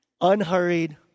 Unhurried